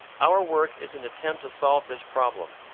our work is an attempt to solve this problem,